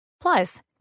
Plus